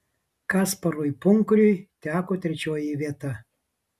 kasparui punkriui teko trečioji vieta